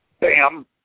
Bam